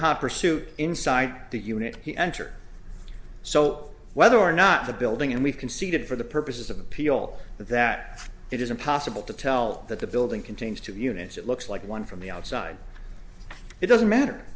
hot pursuit inside the unit he enter so whether or not the building and we conceded for the purposes of appeal that it is impossible to tell that the building contains two units it looks like one from the outside it doesn't matter